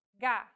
ga